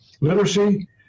literacy